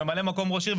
ממלא מקום ראש עיר,